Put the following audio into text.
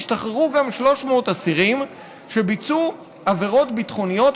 השתחררו גם 300 אסירים שביצעו עבירות ביטחוניות,